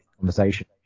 conversation